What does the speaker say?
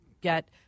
get